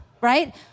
right